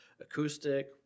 acoustic